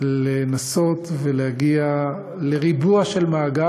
לנסות ולהגיע לריבוע של מעגל.